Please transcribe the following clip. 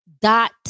dot